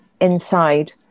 inside